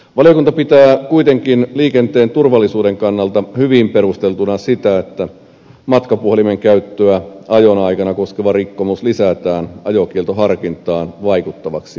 valiokunta pitää kuitenkin liikenteen turvallisuuden kannalta hyvin perusteltuna sitä että matkapuhelimen käyttöä ajon aikana koskeva rikkomus lisätään ajokieltoharkintaan vaikuttavaksi rikkomukseksi